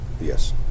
Yes